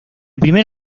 primer